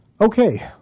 Okay